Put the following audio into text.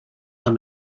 them